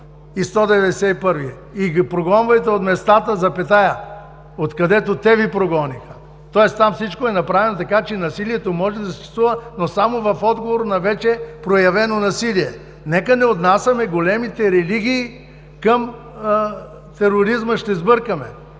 И 191: „И ги прогонвайте от местата, откъдето те ни прогониха.“ Тоест там всичко е направено така, че насилието може да съществува, но само в отговор на вече проявено насилие. Нека не отнасяме големите религии към тероризма. Ще сбъркаме.